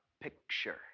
picture